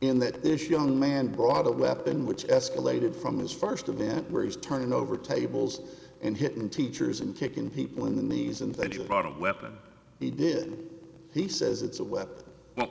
in that this young man brought a weapon which escalated from this first event where he's turning over tables and hitting teachers and kicking people in the knees and then you are part of weapon he did he says it's a weapon